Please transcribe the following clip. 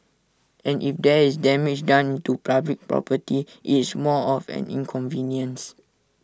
and if there is damage done to public property IT is more of an inconvenience